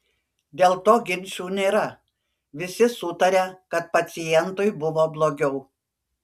dėl to ginčų nėra visi sutaria kad pacientui buvo blogiau